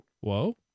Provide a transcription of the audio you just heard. Whoa